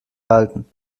halten